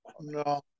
No